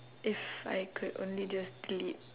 if I could only just delete